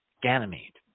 Ganymede